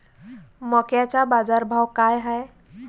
मक्याचा बाजारभाव काय हाय?